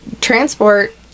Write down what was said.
transport